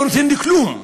לא נותן לי כלום,